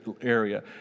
area